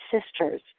sisters